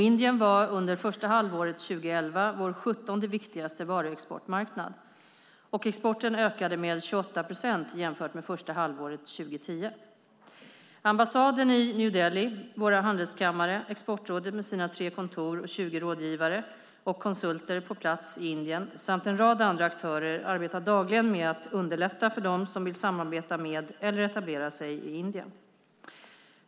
Indien var under första halvåret 2011 vår sjuttonde viktigaste varuexportmarknad, och exporten ökade med 28 procent jämfört med första halvåret 2010. Ambassaden i New Delhi, våra handelskammare, Exportrådet med sina tre kontor och 20 rådgivare och konsulter på plats i Indien samt en rad andra aktörer arbetar dagligen med att underlätta för dem som vill samarbeta med eller etablera sig i Indien.